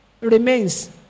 remains